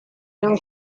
non